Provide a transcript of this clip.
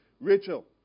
Rachel